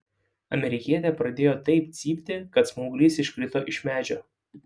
amerikietė pradėjo taip cypti kad smauglys iškrito iš medžio